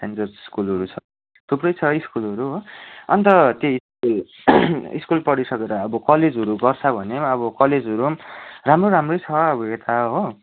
saint George स्कुलहरू छ थुप्रै छ स्कुलहरू हो अन्त स्कुल पढिसकेर अबो कलेजहरू गर्छ भने पनि अब कलेजहरू पनि राम्रो राम्रै छ अब यता हो